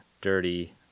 dirty